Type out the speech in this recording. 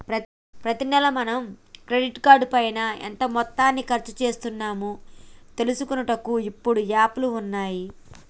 ప్రతి నెల మనం క్రెడిట్ కార్డు పైన ఎంత మొత్తాన్ని ఖర్చు చేస్తున్నాము తెలుసుకొనుటకు ఇప్పుడు యాప్లు ఉన్నాయి